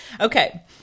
Okay